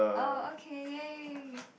oh okay !yay!